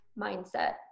mindset